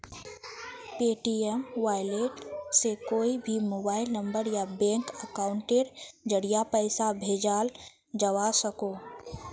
Paytm wallet से कोए भी मोबाइल नंबर या बैंक अकाउंटेर ज़रिया पैसा भेजाल जवा सकोह